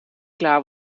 klaar